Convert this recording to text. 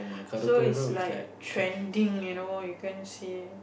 so is like trending you know you can see